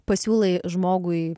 pasiūlai žmogui